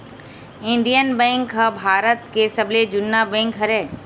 Indian bank ह भारत के सबले जुन्ना बेंक हरय